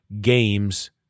games